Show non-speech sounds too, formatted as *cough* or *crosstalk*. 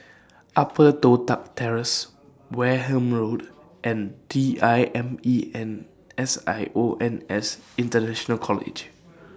Upper Toh Tuck Terrace Wareham Road and D I M E N S I O N S International College *noise*